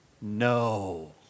No